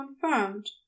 confirmed